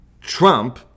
Trump